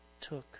took